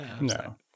No